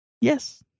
Yes